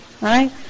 Right